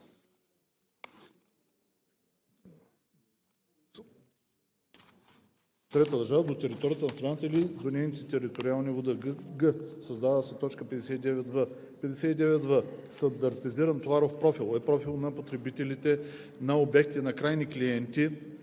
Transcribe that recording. трета държава до територията на страната или до нейните териториални води.“; г) създава се т. 59в: „59в. „Стандартизиран товаров профил“ е профил на потребление на обекти на крайни клиенти